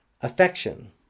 affection